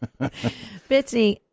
Bitsy